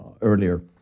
earlier